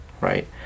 right